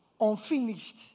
unfinished